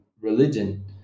religion